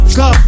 go